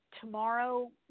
Tomorrow